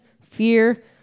fear